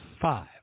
five